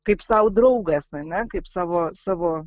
kaip sau draugas ane kaip savo savo